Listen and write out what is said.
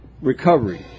recovery